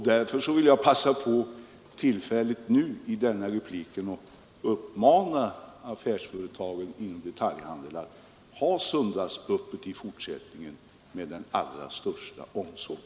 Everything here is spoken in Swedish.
Därför vill jag passa på tillfället nu i denna replik att uppmana affärsföretagen inom detaljhandeln att ha söndagsöppet i fortsättningen med den allra största omsorg.